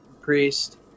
priest